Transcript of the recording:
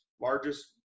largest